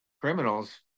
criminals